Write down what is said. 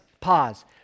Pause